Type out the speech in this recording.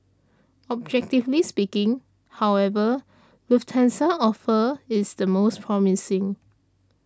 objectively speaking however Lufthansa's offer is the most promising